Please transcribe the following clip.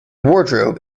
wardrobe